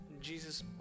Jesus